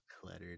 cluttered